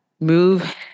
Move